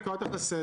אני קורא אותך לסדר.